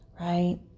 right